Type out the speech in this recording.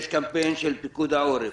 יש קמפיין של פיקוד העורף.